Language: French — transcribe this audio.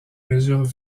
mesures